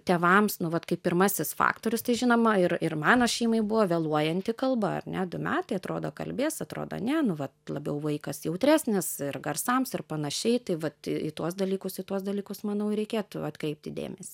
tėvams nu vat kaip pirmasis faktorius tai žinoma ir ir mano šeimai buvo vėluojanti kalba ar ne du metai atrodo kalbės atrodo ne nu va labiau vaikas jautresnis garsams ir panašiai tai vat į tuos dalykus į tuos dalykus manau reikėtų atkreipti dėmesį